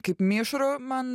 kaip mišrų man